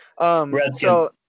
Redskins